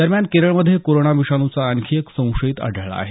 दरम्यान केरळमध्ये कोरोना विषाणूचा आणखी एक संशयित आढळला आहे